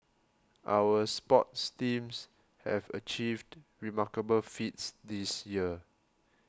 our sports teams have achieved remarkable feats this year